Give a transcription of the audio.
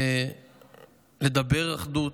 לדבר אחדות,